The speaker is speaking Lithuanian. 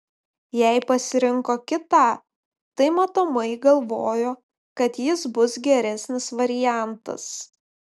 jei pasirinko kitą tai matomai galvojo kad jis bus geresnis variantas